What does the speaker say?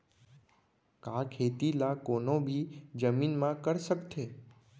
का खेती ला कोनो भी जमीन म कर सकथे?